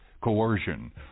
coercion